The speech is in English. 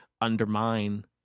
undermine